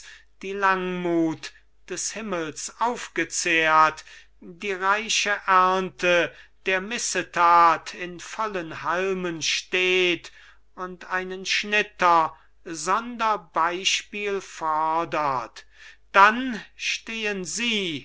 die langmut des himmels aufgezehrt die reiche ernte der missetat in vollen halmen steht und einen schnitter sonder beispiel fordert dann stehen sie